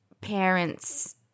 parents